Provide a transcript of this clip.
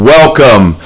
Welcome